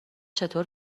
چطور